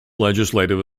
legislative